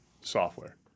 software